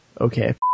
Okay